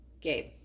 Gabe